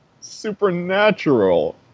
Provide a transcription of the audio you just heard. supernatural